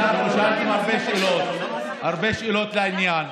שאלתם הרבה שאלות, הרבה שאלות לעניין,